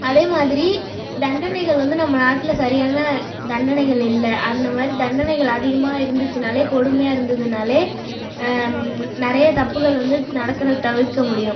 அதே மாதிரி தண்டனைகள் வந்து நம்ம நாட்டில் சரியான தண்டனைகள் இல்லை அந்த மாதிரி தண்டனைகள் அதிகமாக இருந்துச்சுனாலே கொடுமையாக இருந்ததுனால் நிறைய தப்புகள் வந்து நடக்கிறத் தவிர்க்க முடியும்